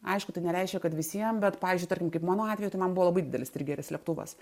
aišku tai nereiškia kad visiem bet pavyzdžiui tarkim kaip mano atveju tai man buvo labai didelis trigeris lėktuvas